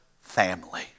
family